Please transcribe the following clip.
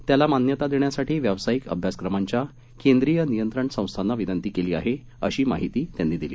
त्याला मान्यता देण्यासाठी व्यावसायिक अभ्यासक्रमांच्या केंद्रीय नियंत्रण संस्थांना विनंती केली आहे अशी माहिती त्यांनी दिली